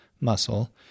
muscle